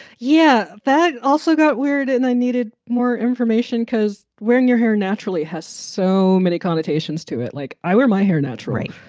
yeah that also got weird and i needed more information because wearing your hair naturally has so many connotations to it. like i wear my hair natural. right.